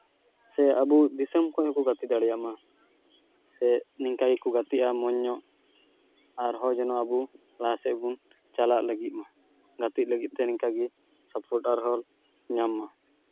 ᱥᱮ ᱟᱵᱚ ᱫᱤᱥᱚᱢ ᱠᱷᱚᱡ ᱦᱚᱸᱠᱚ ᱜᱟᱛᱮ ᱫᱟᱲᱮᱭᱟᱢᱟ ᱥᱮ ᱱᱤᱝᱠᱟ ᱜᱮᱠᱚ ᱜᱟᱛᱮᱜᱼᱟ ᱢᱚᱡᱽ ᱧᱚᱜ ᱟᱨᱦᱚᱸ ᱡᱮᱱᱚ ᱟᱵᱚ ᱞᱟᱦᱟ ᱥᱮᱜ ᱵᱚᱱ ᱪᱟᱞᱟᱜ ᱞᱟᱹᱜᱤᱫ ᱜᱟᱛᱮᱜ ᱞᱟᱹᱜᱤᱫ ᱛᱮ ᱱᱤᱝᱠᱟ ᱜᱮ ᱧᱟᱢ ᱢᱟ